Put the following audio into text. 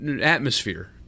atmosphere